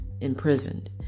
imprisoned